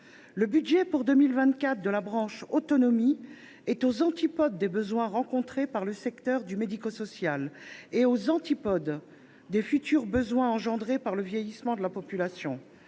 Le budget pour 2024 de la branche autonomie est aux antipodes des besoins rencontrés par le secteur médico social et aux antipodes des futurs besoins engendrés par le vieillissement de la population.